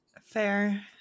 Fair